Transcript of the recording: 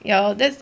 ya that's